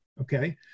okay